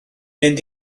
mynd